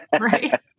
right